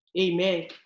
Amen